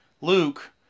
Luke